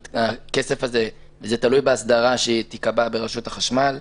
וזה תלוי בהסדרה שתיקבע ברשות החשמל.